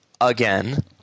again